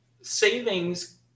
savings